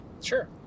Sure